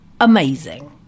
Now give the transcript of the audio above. amazing